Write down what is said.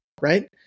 right